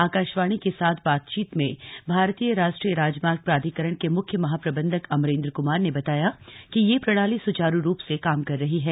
आकाशवाणी के साथ बातचीत में भारतीय राष्ट्रीय राजमार्ग प्राधिकरण के मुख्य महाप्रबंधक अमरेन्द्र कुमार ने बताया कि ये प्रणाली सुचारू रूप से काम कर रही है